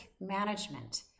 management